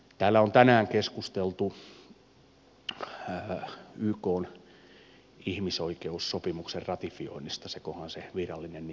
täällä on tänään keskusteltu ykn ihmisoikeussopimuksen ratifioinnista seköhän se virallinen nimi oli